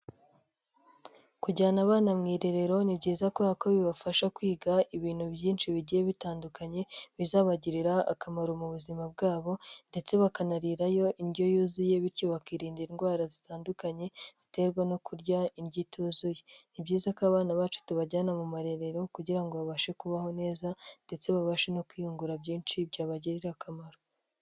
Kujyana abana mu irerero ni byiza kubera ko bibafasha kwiga ibintu byinshi bigiye bitandukanye bizabagirira akamaro mu buzima bwabo ndetse bakanarirayo indyo yuzuye bityo bakirinda indwara zitandukanye ziterwa no kurya indyo ituzuye. Ni byiza ko abana bacu tubajyana mu marerero kugira ngo babashe kubaho neza ndetse babashe no kwiyungura byinshi byabagirira akamaro.